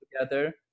together